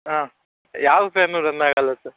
ಹಾಂ ಯಾವ fan run ಆಗಲ್ಲ ಸರ್